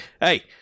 hey